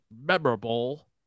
memorable